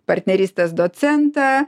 partnerystės docentą